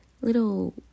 little